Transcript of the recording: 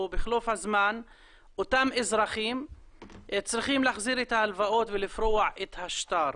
ובחלוף הזמן אותם אזרחים צריכים להחזיר את ההלוואות ולפרוע את השטר.